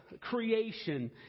creation